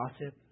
gossip